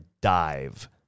dive